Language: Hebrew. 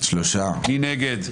מי נגד?